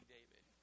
David